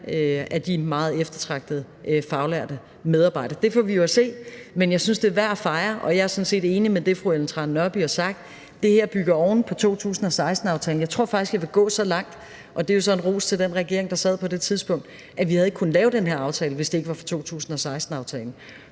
af de meget eftertragtede faglærte medarbejdere. Det får vi jo at se, men jeg synes, det er værd at fejre. Og jeg er sådan set enig i det, fru Ellen Trane Nørby har sagt: Det her bygger oven på 2016-aftalen. Jeg tror faktisk, at jeg vil gå så langt som at sige – og det er jo så en ros til den regering, der sad på det tidspunkt – at vi ikke havde kunnet lave den her aftale, hvis det ikke var for 2016-aftalen.